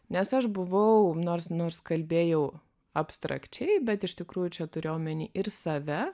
nes aš buvau nors nors kalbėjau abstrakčiai bet iš tikrųjų čia turiu omeny ir save